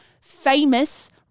famous